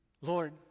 Lord